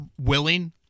willing